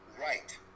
right